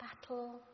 battle